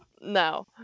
No